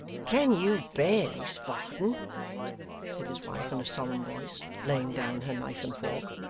can you bear this, varden said his wife in a solemn voice, laying down her knife and fork.